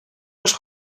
los